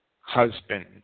husband